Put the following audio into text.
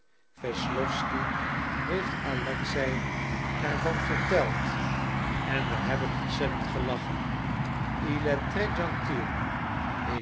wesslowsky heeft alexei er van verteld en we hebben ontzettend gelachen